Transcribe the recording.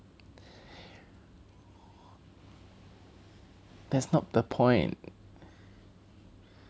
that's not the point